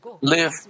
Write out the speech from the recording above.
live